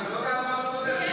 אתה לא יודע על מה אתה מדבר.